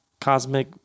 cosmic